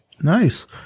Nice